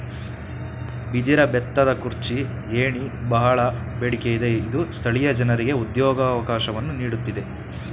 ಬಿದಿರ ಬೆತ್ತದ ಕುರ್ಚಿ, ಏಣಿ, ಬಹಳ ಬೇಡಿಕೆ ಇದೆ ಇದು ಸ್ಥಳೀಯ ಜನರಿಗೆ ಉದ್ಯೋಗವಕಾಶವನ್ನು ನೀಡುತ್ತಿದೆ